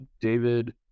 David